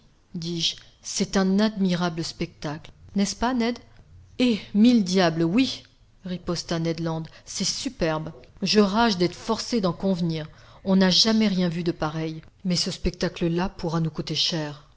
dis-je c'est un admirable spectacle n'est-ce pas ned eh mille diables oui riposta ned land c'est superbe je rage d'être forcé d'en convenir on n'a jamais rien vu de pareil mais ce spectacle là pourra nous coûter cher